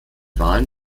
wahlen